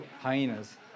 Hyenas